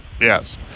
Yes